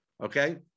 Okay